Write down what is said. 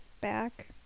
back